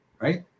right